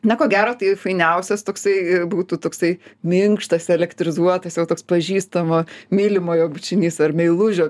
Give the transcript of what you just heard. na ko gero tai fainiausias toksai būtų toksai minkštas elektrizuotas jau toks pažįstamo mylimojo bučinys ar meilužio